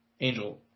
Angel